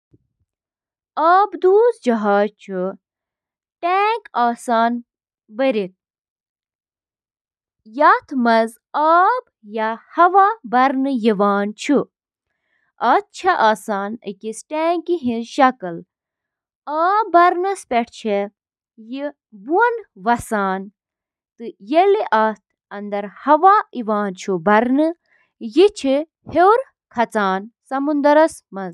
اکھ ٹوسٹر چُھ گرمی پٲدٕ کرنہٕ خٲطرٕ بجلی ہنٛد استعمال کران یُس روٹی ٹوسٹس منٛز براؤن چُھ کران۔ ٹوسٹر اوون چِھ برقی کرنٹ سۭتۍ کوائلن ہنٛد ذریعہٕ تیار گژھن وٲل انفراریڈ تابکٲری ہنٛد استعمال کٔرتھ کھین بناوان۔